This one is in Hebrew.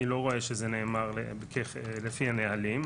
אני לא רואה שזה נאמר לפי הנהלים.